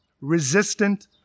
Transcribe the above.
resistant